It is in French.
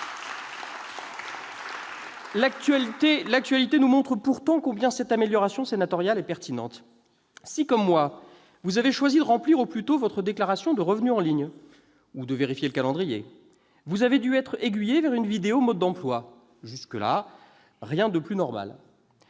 L'actualité nous montre pourtant combien cette amélioration sénatoriale est pertinente. Si comme moi, mes chers collègues, vous avez choisi de remplir au plus tôt votre déclaration de revenus en ligne, ou de vérifier le calendrier qui s'y applique, vous avez dû être aiguillés vers une vidéo mode d'emploi. Jusque-là, rien de plus normal